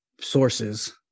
sources